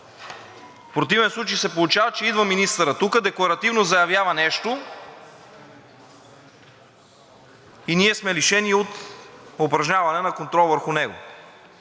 В противен случай се получава, че идва министърът тук, декларативно заявява нещо и ние сме лишени от упражняване на контрол върху него.